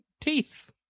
teeth